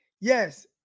Yes